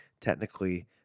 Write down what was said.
Technically